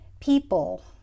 people